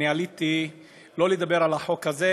לא עליתי לדבר על החוק הזה,